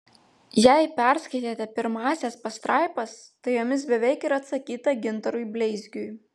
jei perskaitėte pirmąsias pastraipas tai jomis beveik ir atsakyta gintarui bleizgiui